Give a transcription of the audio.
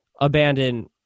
abandon